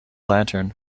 lantern